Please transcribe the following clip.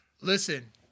listen